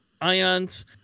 Ions